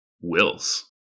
Wills